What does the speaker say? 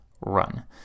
run